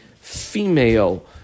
female